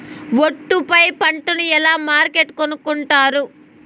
ఒట్టు పై పంటను ఎలా మార్కెట్ కొనుక్కొంటారు?